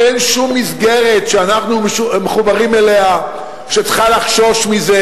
אין שום מסגרת שאנחנו מחוברים אליה שצריכה לחשוש מזה.